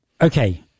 Okay